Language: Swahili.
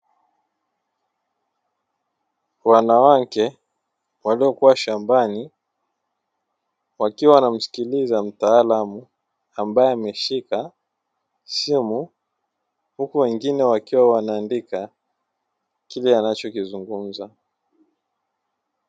Wanawake waliokuwa shambani wakiwa wanamsikiliza mtaalamu, ambaye ameshika simu huku wengine wakiwa wanaandika kile anacho kizungumza.